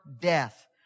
death